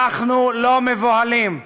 אנחנו לא מבוהלים,